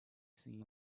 seen